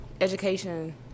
education